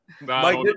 Mike